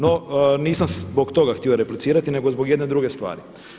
No, nisam zbog toga htio replicirati nego zbog jedne druge stvari.